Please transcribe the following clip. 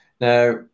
now